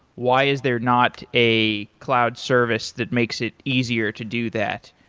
why is there not a cloud service that makes it easier to do that?